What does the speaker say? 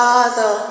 Father